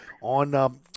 on